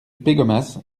pégomas